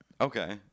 Okay